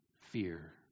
fear